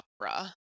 opera